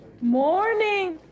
Morning